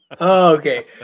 okay